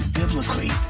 biblically